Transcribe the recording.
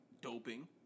doping